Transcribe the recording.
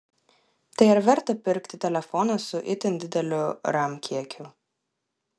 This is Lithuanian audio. tai ar verta pirkti telefoną su itin dideliu ram kiekiu